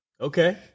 Okay